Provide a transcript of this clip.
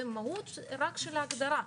זה מהות רק של ההגדרה.